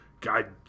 God